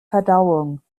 verdauung